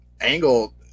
Angle